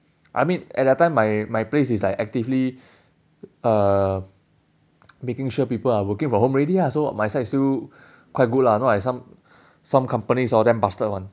I mean at that time my my place is like actively uh making sure people are working from home already ah so my side is still quite good lah not like some some companies all damn bastard [one]